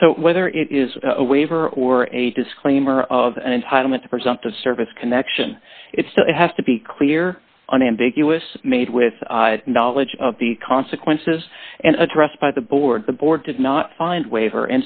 and so whether it is a waiver or a disclaimer of an entitlement to present the service connection it has to be clear unambiguous made with knowledge of the consequences and addressed by the board the board did not find waiver